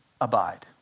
abide